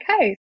okay